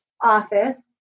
office